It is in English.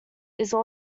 also